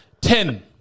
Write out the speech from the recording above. ten